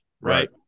right